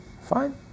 fine